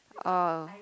oh